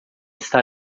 está